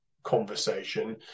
conversation